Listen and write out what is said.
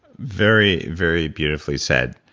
very, very beautifully said.